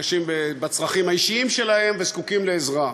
מתקשים בצרכים האישיים שלהם וזקוקים לעזרה.